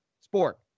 sport